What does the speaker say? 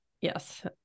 yes